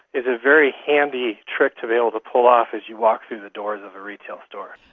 is a very handy trick to be able to pull off as you walk through the doors of a retail store.